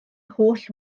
holl